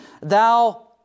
Thou